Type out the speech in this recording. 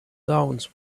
towns